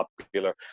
popular